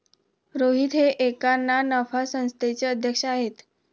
रोहित हे एका ना नफा संस्थेचे अध्यक्ष आहेत